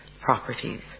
properties